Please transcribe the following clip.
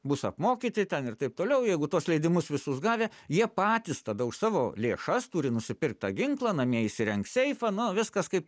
bus apmokyti ten ir taip toliau jeigu tuos leidimus visus gavę jie patys tada už savo lėšas turi nusipirkt tą ginklą namie įsirengt seifą nu viskas kaip